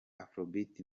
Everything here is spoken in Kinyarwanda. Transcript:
afrobeat